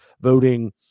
voting